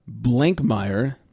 Blankmeyer